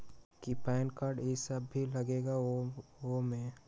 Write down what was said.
कि PAN card इ सब भी लगेगा वो में?